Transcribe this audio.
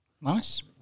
nice